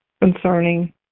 concerning